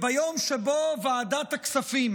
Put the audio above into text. ביום שבו ועדת הכספים